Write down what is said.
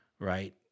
right